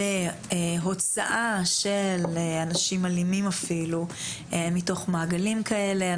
להוצאה של אנשים אלימים אפילו מתוך מעגלים כאלה.